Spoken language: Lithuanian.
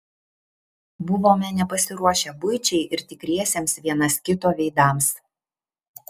buvome nepasiruošę buičiai ir tikriesiems vienas kito veidams